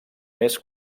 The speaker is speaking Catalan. més